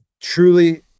truly